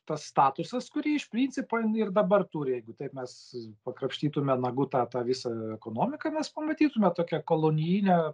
tas statusas kurį iš principo jinai ir dabar turi jeigu taip mes pakrapštytume nagu tą tą visą ekonomiką mes pamatytume tokią kolonijinę